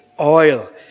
oil